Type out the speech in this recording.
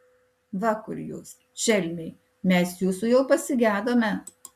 va kur jūs šelmiai mes jūsų jau pasigedome